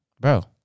Bro